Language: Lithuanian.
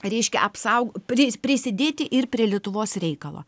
reiškia apsau pri prisidėti ir prie lietuvos reikalo